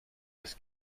his